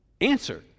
answer